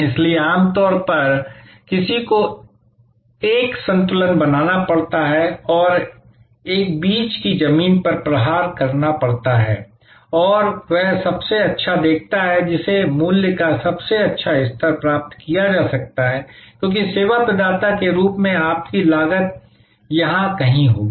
इसलिए आमतौर पर इसलिए किसी को एक संतुलन बनाना पड़ता है और एक बीच की जमीन पर प्रहार करना पड़ता है और वह सबसे अच्छा देखता है जिसे मूल्य का सबसे अच्छा स्तर प्राप्त किया जा सकता है क्योंकि सेवा प्रदाता के रूप में आपकी लागत यहां कहीं होगी